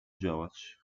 działać